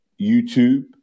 YouTube